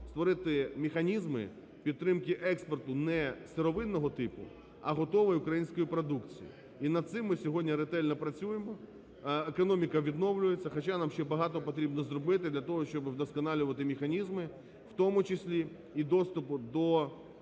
створити механізми підтримки експорту не сировинного типу, а готової української продукції. І над цим ми сьогодні ретельно працюємо, економіка відновлюється, хоча нам ще багато потрібно зробити для того, щоб вдосконалювати механізми, в тому числі і доступу до реальних,